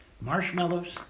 marshmallows